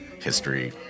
history